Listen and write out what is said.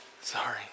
Sorry